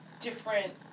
different